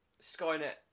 Skynet